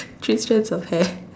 three strands of hair